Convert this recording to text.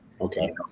Okay